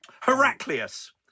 Heraclius